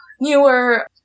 newer